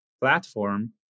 platform